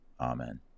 Amen